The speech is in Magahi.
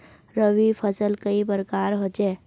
रवि फसल कई प्रकार होचे?